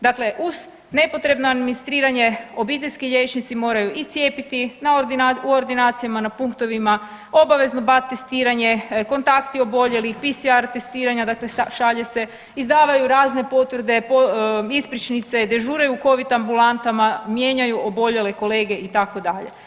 Dakle uz nepotrebno administriranje, obiteljski liječnici moraju i cijepiti u ordinacijama, na punktovima, obavezno BAT testiranje, kontakti oboljelih, PCR testiranja, dakle šalje se, izdavaju razne potvrde, ispričnice, dežuraju u Covid ambulantama, mijenjaju oboljele kolege, itd.